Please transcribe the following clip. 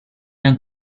and